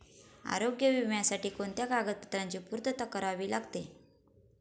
आरोग्य विम्यासाठी कोणत्या कागदपत्रांची पूर्तता करावी लागते?